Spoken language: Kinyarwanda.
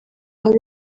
hari